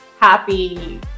happy